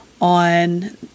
on